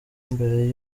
mbere